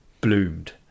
bloomed